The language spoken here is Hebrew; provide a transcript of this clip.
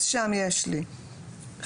אז שם יש לי: חתירה,